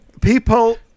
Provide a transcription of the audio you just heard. people